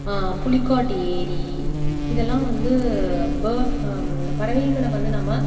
புலிக்காட்டு ஏரி இதெல்லாம் வந்து பே பறவைகளை வந்து நம்ம